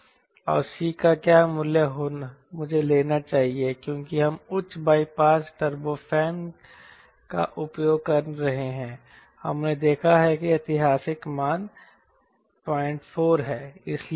और C का क्या मूल्य मुझे लेना चाहिए क्योंकि हम उच्च बाईपास टर्बोफैन का उपयोग कर रहे हैं हमने देखा है कि ऐतिहासिक मान 04 है